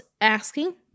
asking